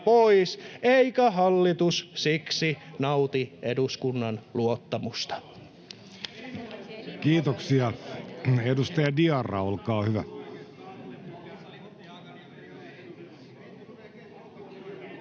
siksi hallitus ei nauti eduskunnan luottamusta.” Kiitoksia. — Edustaja Kettunen, olkaa hyvä.